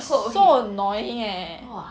he was so annoying eh